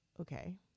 Okay